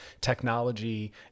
technology